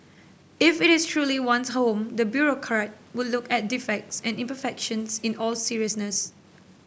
if it is truly one's home the bureaucrat would look at defects and imperfections in all seriousness